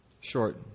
Short